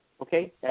okay